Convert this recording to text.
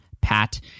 pat